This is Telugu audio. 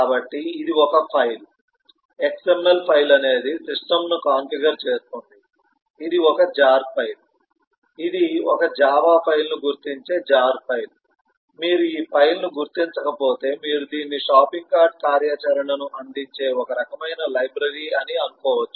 కాబట్టి ఇది ఒక ఫైల్ xml ఫైల్ అనేది సిస్టమ్ను కాన్ఫిగర్ చేస్తుంది ఇది ఒక జార్ ఫైలు ఇది ఒక జావా ఫైల్ను గుర్తించే జార్ ఫైలు మీరు ఈ ఫైల్ను గుర్తించకపోతే మీరు దీన్ని షాపింగ్ కార్ట్ కార్యాచరణను అందించే ఓక రకమైన లైబ్రరీ అని అనుకోవచ్చు